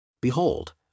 Behold